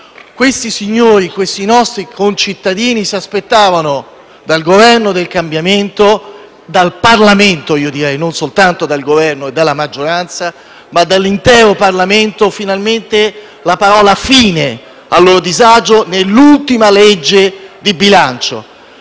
Questi signori, nostri concittadini, si aspettavano dal Governo del cambiamento - non soltanto dal Governo e dalla maggioranza, ma dall'intero Parlamento - finalmente la parola «fine» al loro disagio nell'ultima legge di bilancio.